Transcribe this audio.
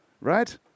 right